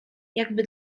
jakby